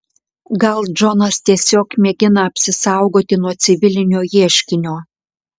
gal džonas tiesiog mėgina apsisaugoti nuo civilinio ieškinio